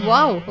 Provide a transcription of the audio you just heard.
Wow